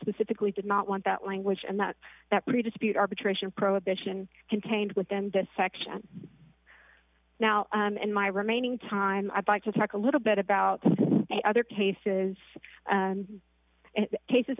pacifically did not want that language and that that predisposed arbitration prohibition contained within that section now in my remaining time i'd like to talk a little bit about other cases and cases